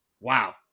Wow